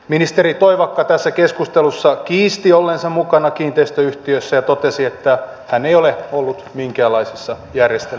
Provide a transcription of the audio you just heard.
ministeri toivakka tässä keskustelussa kiisti olleensa mukana kiinteistöyhtiössä ja totesi että hän ei ole ollut minkäänlaisissa järjestelyissä mukana